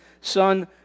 Son